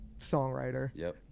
songwriter